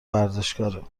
ورزشکاره